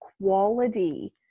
quality